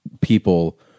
people